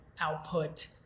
output